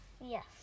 Yes